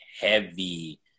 heavy